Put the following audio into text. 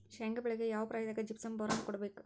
ಶೇಂಗಾ ಬೆಳೆಗೆ ಯಾವ ಪ್ರಾಯದಾಗ ಜಿಪ್ಸಂ ಬೋರಾನ್ ಕೊಡಬೇಕು?